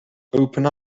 open